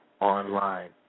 online